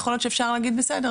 יכול להיות שאפשר להגיד בסדר,